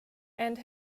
and